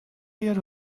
yer